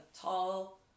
tall